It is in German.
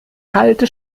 kalte